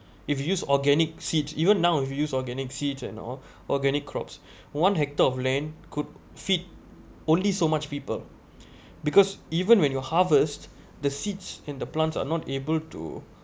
if you use organic seed even now if you use organic seed and all organic crops one hectare of land could fit only so much people because even when your harvest the seeds and the plants are not able to